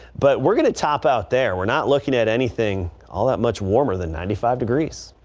but we're going to top out there we're not looking at anything all that much warmer than ninety five degrees